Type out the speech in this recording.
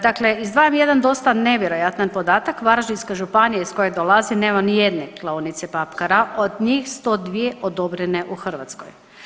Dakle, izdvajam jedan dosta nevjerojatan podatak, Varaždinska županija iz koje dolazim nema nijedne klaonice papkara, od njih 102 odobrene u Hrvatskoj.